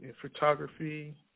photography